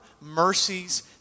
mercies